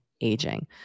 aging